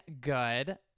good